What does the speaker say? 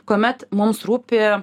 kuomet mums rūpi